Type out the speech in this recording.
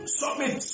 submit